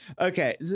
okay